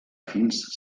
fins